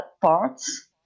parts